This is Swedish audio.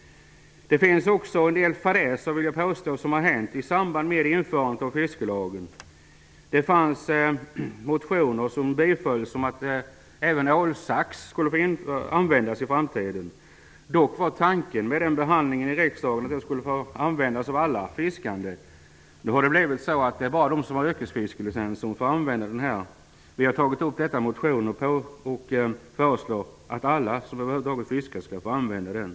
Det har också hänt en del fadäser i samband med införandet av fiskelagen. Det fanns motioner som bifölls om att även ålsax skulle få användas i framtiden. Tanken vid behandlingen i riksdagen var dock att den skulle få användas av alla fiskande. Nu har det blivit så att det bara är de som har yrkesfiskelicens som får använda den. Vi har tagit upp detta i motioner och föreslår att alla som fiskar skall få använda den.